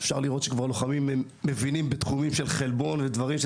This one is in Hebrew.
אפשר לראות שלוחמים מבינים בתחומים של חלבון ודברים אחרים,